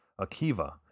Akiva